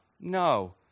No